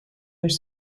their